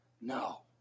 No